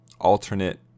alternate